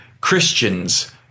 Christians